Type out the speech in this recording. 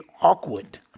awkward